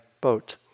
boat